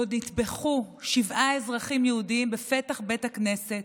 שבו נטבחו שבעה אזרחים יהודים בפתח בית הכנסת,